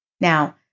Now